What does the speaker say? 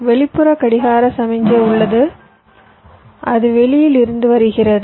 வெளிப்புற கடிகார சமிக்ஞை உள்ளது அது வெளியில் இருந்து வருகிறது